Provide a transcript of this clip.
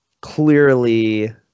clearly